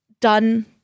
done